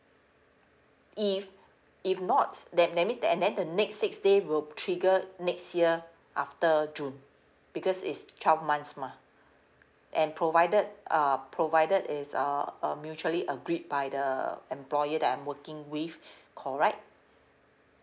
if if not that that means and then the next six day will triggered next year after june because it's twelve months mah and provided uh provided is uh uh mutually agreed by the employee that I'm working with correct